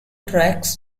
tracks